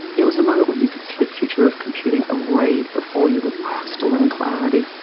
it was a moment when you could see the future of computing arrayed before you with crystalline clarity.